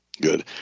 Good